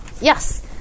Yes